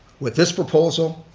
with this proposal,